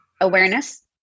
awareness